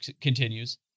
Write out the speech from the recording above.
continues